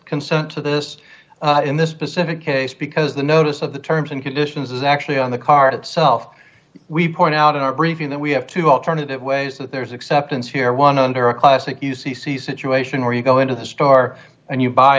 consent to this in this specific case because the notice of the terms and conditions is actually on the card itself we point out in our briefing that we have two alternative ways that there's acceptance here one under a classic u c c situation where you go into the store and you buy